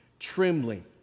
trembling